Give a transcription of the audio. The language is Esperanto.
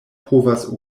povas